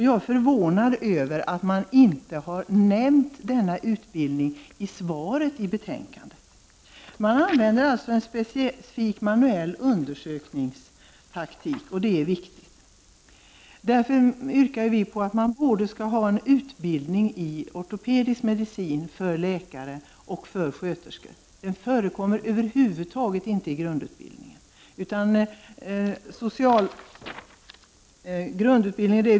Jag är förvånad över att man inte har nämnt denna utbildning i motionssvaret i betänkandet. Man använder i ortopedisk medicin en specifik manuell undersökningstaktik, och det är viktigt. Vi yrkar på en utbildning i ortopedisk medicin både för läkare och sjuksköterskor. Det förekommer över huvud taget inte i grundutbildningen.